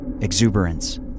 Exuberance